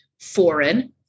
foreign